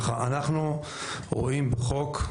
אנחנו רואים חוק,